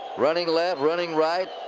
running left. running right.